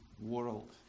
world